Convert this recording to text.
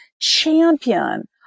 champion